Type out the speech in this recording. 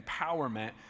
Empowerment